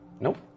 Nope